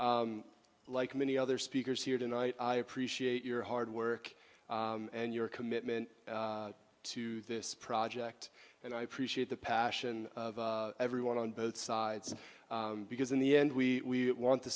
like many other speakers here tonight i appreciate your hard work and your commitment to this project and i appreciate the passion of everyone on both sides because in the end we want the